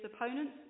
opponents